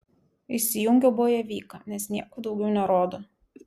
įsijungiau bojevyką nes nieko daugiau nerodo